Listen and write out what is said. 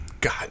God